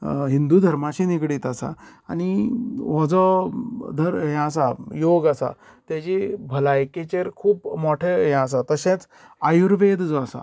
हिंन्दू धर्माशी निगडीत आसा आनी हो जो दर हे आसा योग आसा तेची भलायकेचेर खूब मोठो हे आसा तशेंच आयुर्वेद जो आसा